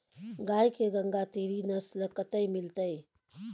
गाय के गंगातीरी नस्ल कतय मिलतै?